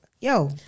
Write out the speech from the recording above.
yo